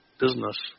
business